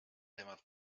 temat